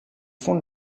fonde